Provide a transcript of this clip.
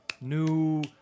New